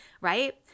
right